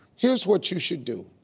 here's what you should do.